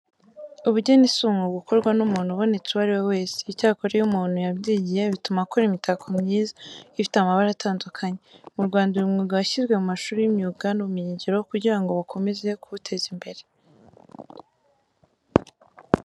Ubugeni si umwuga ukorwa n'umuntu ubonetse uwo ari we wese. Icyakora iyo umuntu yabyigiye bituma akora imitako myiza, ifite amabara atandukanye. Mu Rwanda uyu mwuga washyizwe mu mashuri y'imyuga n'ubumenyingiro kugira ngo bakomeze kuwuteza imbere.